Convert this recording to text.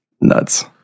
nuts